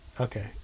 Okay